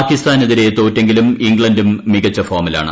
പാകിസ്ഥാനെതിരെ തോറ്റെങ്കിലും ഇംഗ്ലണ്ടും മികച്ച ഫോമിലാണ്